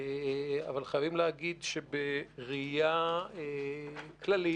אבל חייבים להגיד שבראייה כללית,